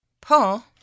Paul